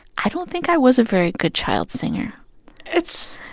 i don't think i was a very good child singer it's